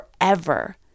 forever